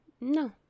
no